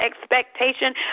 expectation